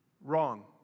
wrong